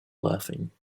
laughing